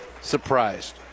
surprised